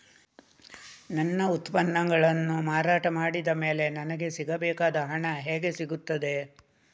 ನನ್ನ ಉತ್ಪನ್ನಗಳನ್ನು ಮಾರಾಟ ಮಾಡಿದ ಮೇಲೆ ನನಗೆ ಸಿಗಬೇಕಾದ ಹಣ ಹೇಗೆ ಸಿಗುತ್ತದೆ?